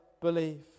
believe